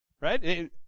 right